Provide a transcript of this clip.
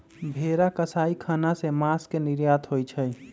भेरा कसाई ख़ना से मास के निर्यात होइ छइ